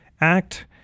Act